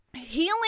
Healing